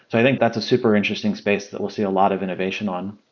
but i think that's a super interesting space that we'll see a lot of innovation on.